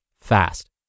fast